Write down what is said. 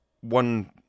one